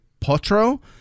Potro